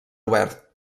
obert